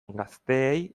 gazteei